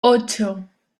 ocho